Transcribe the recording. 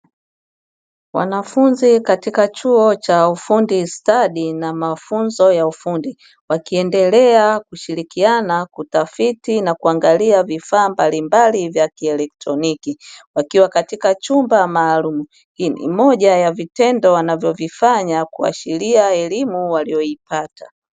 Wanafunzi katika chuo cha ufundi stadi na mafunzo ya ufundi wakiendelea kushirikana, kutafiti na kuangalia vifaa mbalimbali vya kielektroniki wakiwa katika chumba maalumu, hii ni moja ya vitendo wanavyovifanya kuashiria elimu waliyoipata.